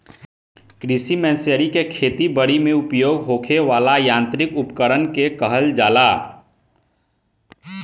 कृषि मशीनरी खेती बरी में उपयोग होखे वाला यांत्रिक उपकरण के कहल जाला